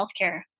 healthcare